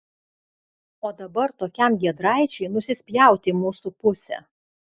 o dabar tokiam giedraičiui nusispjauti į mūsų pusę